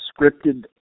scripted